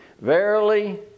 Verily